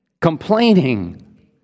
Complaining